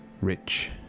Rich